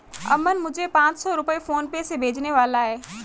अमन मुझे पांच सौ रुपए फोनपे से भेजने वाला है